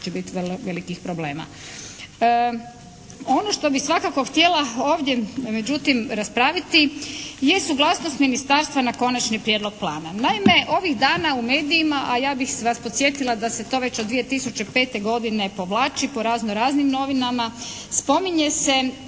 će biti vrlo velikih problema. Ono što bih svakako htjela ovdje međutim raspraviti je suglasnost ministarstva na konačni prijedlog plana. Naime ovih dana u medijima, a ja bih vas podsjetila da se to već od 2005. godine povlači po raznoraznim novinama. Spominje se